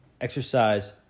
exercise